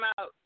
out